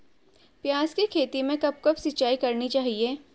प्याज़ की खेती में कब कब सिंचाई करनी चाहिये?